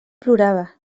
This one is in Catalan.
plorava